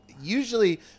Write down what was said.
usually